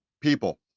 People